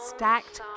Stacked